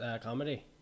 comedy